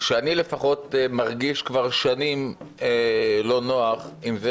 ואני לפחות מרגיש כבר שנים לא נוח עם זה